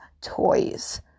toys